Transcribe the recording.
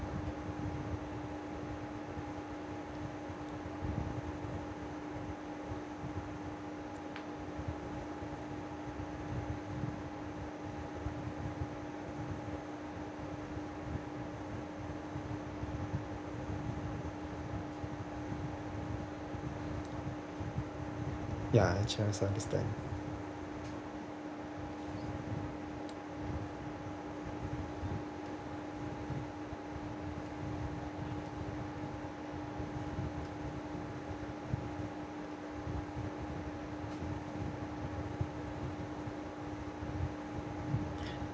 ya actually I understand